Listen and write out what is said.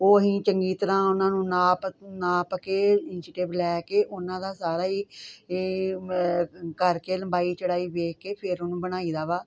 ਉਹੀ ਚੰਗੀ ਤਰ੍ਹਾਂ ਉਨ੍ਹਾਂ ਨੂੰ ਨਾਪ ਨਾਪ ਕੇ ਇੰਚੀਟੇਪ ਲੈ ਕੇ ਉਨ੍ਹਾਂ ਦਾ ਸਾਰਾ ਈ ਇਹ ਕਰਕੇ ਲੰਬਾਈ ਚੜ੍ਹਾਈ ਵੇਖ ਕੇ ਫੇਰ ਉਹਨੂੰ ਬਣਾਈ ਦਾ ਵਾ